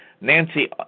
Nancy